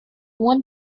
one